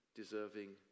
deserving